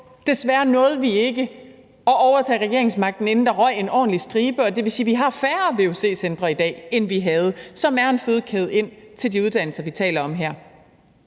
Desværre nåede vi ikke at overtage regeringsmagten, inden der røg en ordentlig stribe. Det vil sige, at vi har færre vuc-centre i dag, end vi plejede at have, og de er en fødekæde til de uddannelser, vi taler om her.